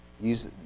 use